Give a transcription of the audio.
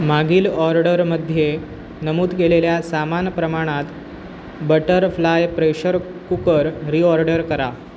मागील ऑर्डरमध्ये नमूद केलेल्या सामान प्रमाणात बटरफ्लाय प्रेशर कुकर रिऑर्डर करा